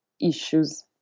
issues